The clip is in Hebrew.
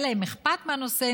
יהיה אכפת מהנושא,